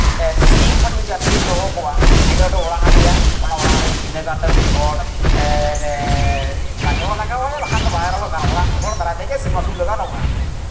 ᱥᱤᱢ ᱦᱚᱸ ᱡᱩᱫᱤ ᱡᱟᱹᱥᱛᱤᱢ ᱫᱚᱦᱚ ᱠᱚᱣᱟ ᱵᱷᱤᱱᱟᱹ ᱨᱮᱢ ᱚᱲᱟᱜ ᱟᱫᱮᱭᱟ ᱚᱱᱟ ᱚᱲᱟᱜ ᱨᱮ ᱵᱷᱤᱱᱟᱹᱜᱟᱨ ᱛᱮ ᱢᱤᱫᱴᱤᱱ ᱦᱚᱲ ᱛᱟᱦᱮᱸ ᱦᱚᱸ ᱞᱟᱜᱟᱣ ᱮᱭᱟ ᱵᱟᱠᱷᱟᱱ ᱫᱚ ᱵᱟᱭ ᱨᱮᱦᱚᱸ ᱜᱟᱱᱚᱜᱼᱟ ᱚᱲᱟᱜ ᱦᱚᱲ ᱫᱟᱨᱟᱭ ᱛᱮᱜᱮ ᱥᱤᱢ ᱟᱹᱥᱩᱞ ᱫᱚ ᱜᱟᱱᱚᱜᱼᱟ